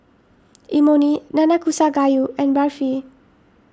Imoni Nanakusa Gayu and Barfi